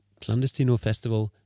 clandestinofestival